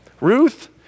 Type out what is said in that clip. Ruth